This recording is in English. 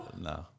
No